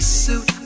suit